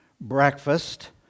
breakfast